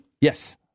Yes